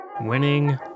Winning